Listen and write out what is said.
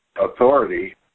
authority